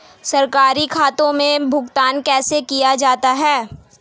सरकारी खातों में भुगतान कैसे किया जाता है?